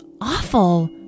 awful